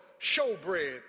showbread